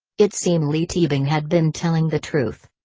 it seemed leigh teabing had been telling the truth.